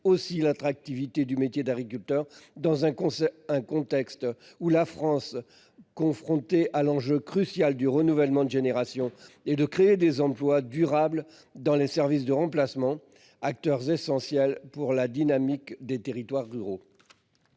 l'attractivité du métier d'agriculteur, alors que la France est confrontée à l'enjeu crucial du renouvellement des générations, et de créer des emplois durables dans les services de remplacement, acteurs essentiels pour la dynamique des territoires ruraux.